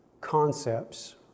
concepts